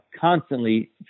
constantly